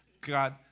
God